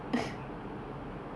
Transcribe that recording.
macam he